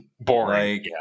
boring